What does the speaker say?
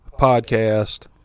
podcast